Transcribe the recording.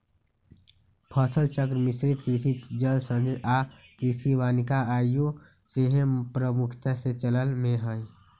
फसल चक्र, मिश्रित कृषि, जल संचयन आऽ कृषि वानिकी आइयो सेहय प्रमुखता से चलन में हइ